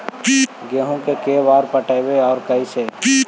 गेहूं के बार पटैबए और कैसे?